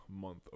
month